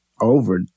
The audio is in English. over